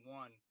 one